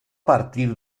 partir